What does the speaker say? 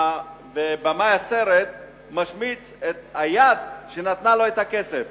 ובמאי הסרט משמיץ את היד שנתנה לו את הכסף.